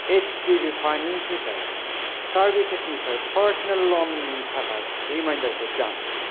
ओइस डि बि फाइनान्सनिफ्राय सार्भिसेसनिफ्राय पार्स'नेल ल'ननि थाखाय रिमाइन्दारखौ दान